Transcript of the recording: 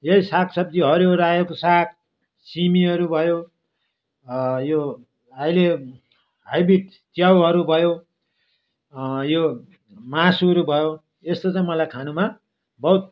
यही साग सब्जी हरियो रायोको साग सिमीहरू भयो यो अहिले हाइब्रिड च्याउहरू भयो यो मासुहरू भयो यस्तो चाहिँ मलाई खानुमा बहुत